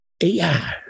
AI